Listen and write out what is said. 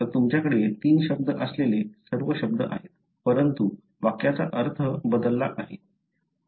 आता तुमच्याकडे तीन शब्द असलेले सर्व शब्द आहेत परंतु वाक्याचा अर्थ बदलला आहे